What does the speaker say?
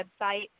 website